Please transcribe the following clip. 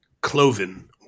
cloven